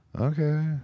Okay